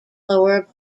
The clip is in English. lower